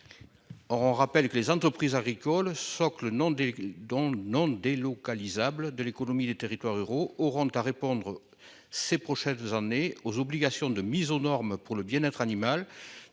rappelons que les entreprises agricoles, socles non délocalisables de l'économie des territoires ruraux, auront à répondre au cours des prochaines années aux obligations de mise aux normes pour le bien-être animal,